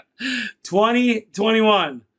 2021